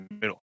middle